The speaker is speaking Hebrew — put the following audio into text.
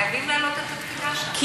חייבים להעלות את התקינה שם.